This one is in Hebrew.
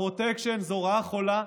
הפרוטקשן הוא רעה חולה.